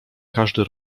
każdy